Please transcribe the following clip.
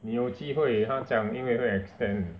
你有机会他讲因为会 extend